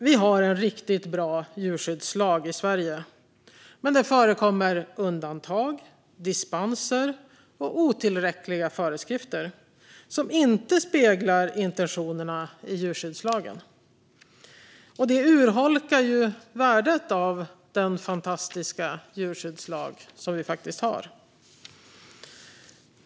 Vi har en riktigt bra djurskyddslag i Sverige. Men det förekommer undantag, dispenser och otillräckliga föreskrifter som inte speglar intentionerna i djurskyddslagen. Detta urholkar värdet av den fantastiska djurskyddslag som vi faktiskt har.